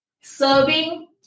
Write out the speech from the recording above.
serving